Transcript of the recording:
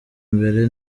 imbere